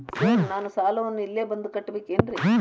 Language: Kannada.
ಸರ್ ನಾನು ಸಾಲವನ್ನು ಇಲ್ಲೇ ಬಂದು ಕಟ್ಟಬೇಕೇನ್ರಿ?